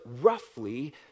roughly